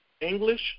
English